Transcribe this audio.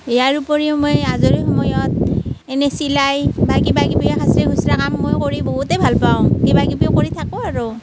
ইয়াৰোপৰিও মই আজৰি সময়ত এনেই চিলাই বা কিবা কিবি খুচুৰা খুচুৰি কামো কৰি মই বহুতেই ভালপাওঁ কিবা কিবিও কৰি থাকোঁ আৰু